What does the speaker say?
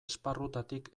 esparrutatik